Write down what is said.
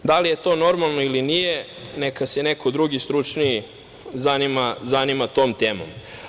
Da li je to normalno ili nije, neka se neko drugi stručniji zanima tom temom.